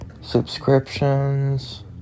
Subscriptions